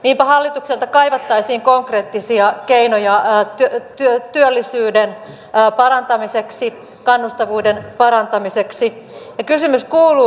niinpä hallitukselta kaivattaisiin konkreettisia keinoja työllisyyden parantamiseksi kannustavuuden parantamiseksi ja kysymys kuuluu